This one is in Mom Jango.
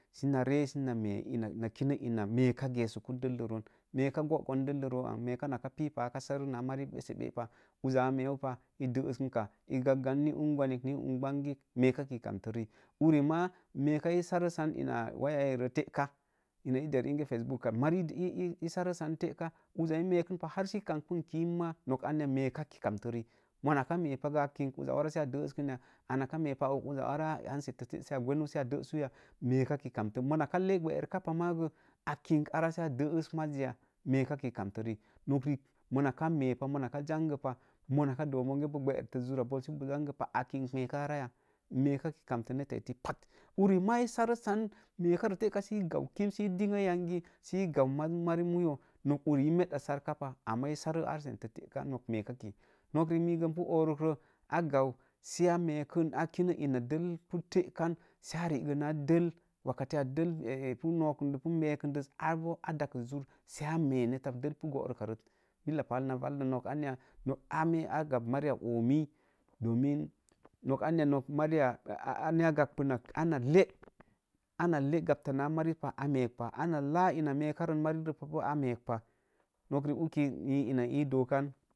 Si na ree si na me kinə in me̱ekan irra me̱eka gyesuku dello roon meeka, gogoon dello roo an, mee ka, nakə pipa, akə sarə naa mari ɓəseɓəpa, uzza a meeu pa, eē desinkinka, ee gaggan ni un gwanik urgbangi mee ki kamtə, uri maa, uri maa, ika sarə san ina waiyai rə teka, ina der ingee face book kan, mari ii sarə san teka, uzza i mee kin pah har si ii kambən kim ma, nok anya, meeka ki kantə riik, mona kə me̱e pa go, a kin uzza arrasə ii dee kin ya. Anaka me̱epa a ag uzza arra hand set te si a gwenu si a deesuya, meeka ki kamtə, mona dee gbərika sam gə, a kin arra sə a dees maz ya, meeka ki kamtə rii, mona ka me̱e pa, monaka jangepa mona doobonge boo gberitə jura bool sə boo jange pa, a kin meeka arraya, meeka ki kamtə netta ettə pat, uri maa ii sare san, meeka ree teka si gau kiim sə dingyangi si gau mari moyo. Nok uri ee medo sarka pa, ama sare hand set tə teka nak mee ka ki. Nok rrik mee gə n pu ooruk roo, a gan si a mee kin, a kinə ina dell pu tee kan si a riigə naa dell, wakatəe a dell pu noo kunde pu meekindəs, aa boo a dakes jur sə a mee netta dell puboorum gbareta. Billa pal vallə, gbareta. Billa pal vallə nokanya nok a mee, a gab mariya oomii domin nok anya nok mariya ni a gabən nak. Ana lee ganti naa marit pah, a me̱ek pah, ana laa gna me̱eka rən mari ree pa boo, a meek pah. Nok riik uki ina n ii dookan